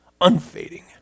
unfading